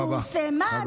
תודה רבה.